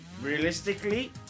realistically